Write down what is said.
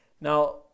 Now